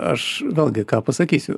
aš vėlgi ką pasakysiu